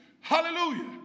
Hallelujah